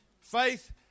Faith